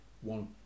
one